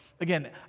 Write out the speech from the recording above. again